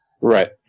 Right